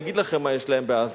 אני אגיד לכם מה יש להם בעזה.